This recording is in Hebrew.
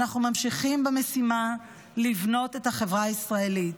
אנחנו ממשיכים במשימה לבנות את החברה הישראלית.